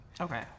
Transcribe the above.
Okay